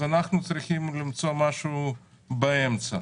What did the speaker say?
אז אנחנו צריכים למצוא משהו באמצע.